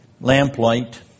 lamplight